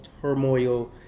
turmoil